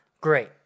great